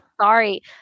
Sorry